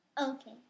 Okay